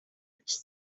which